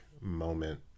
moment